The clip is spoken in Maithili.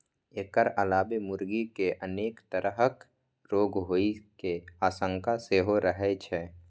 एकर अलावे मुर्गी कें अनेक तरहक रोग होइ के आशंका सेहो रहै छै